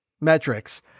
metrics